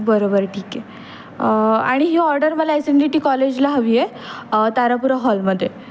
बरं बरं ठीक आहे आणि ही ऑर्डर मला एस एन डी टी कॉलेजला हवी आहे तारापुरा हॉलमध्ये